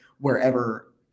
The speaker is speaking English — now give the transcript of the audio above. wherever